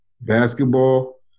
Basketball